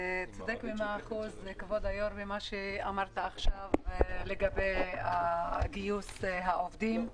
כבוד היו"ר אני מצטרפת למה שאמרת עכשיו לגבי גיוס העובדים.